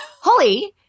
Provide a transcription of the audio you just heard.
Holly